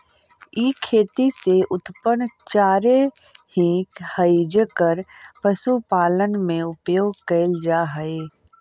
ई खेती से उत्पन्न चारे ही हई जेकर पशुपालन में उपयोग कैल जा हई